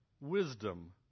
wisdom